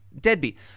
Deadbeat